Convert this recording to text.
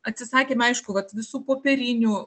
atsisakėm aišku vat visų popierinių